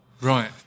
Right